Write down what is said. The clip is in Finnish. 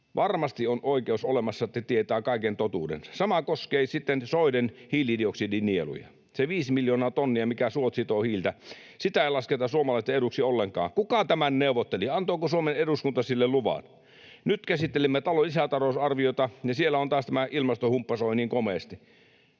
Varmasti on oikeus olemassa tietää kaikki totuus. Sama koskee sitten soiden hiilidioksidinieluja: Sitä 5:tä miljoonaa tonnia, mitä suot sitovat hiiltä, ei lasketa suomalaisten eduksi ollenkaan. Kuka tämän neuvotteli? Antoiko Suomen eduskunta sille luvan? Nyt käsittelemme lisätalousarviota, ja siellä taas tämä ilmastohumppa soi niin komeasti.